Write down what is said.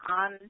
on